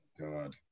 God